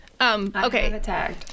Okay